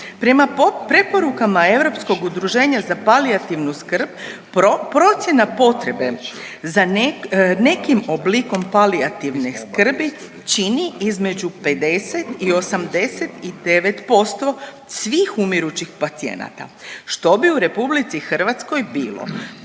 Prema preporukama Europskog udruženja za palijativnu skrb procjena potrebe za nekim oblikom palijativne skrbi čini između 50 i 89% svih umirućih pacijenata što bi u Republici Hrvatskoj bilo